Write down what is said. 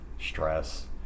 stress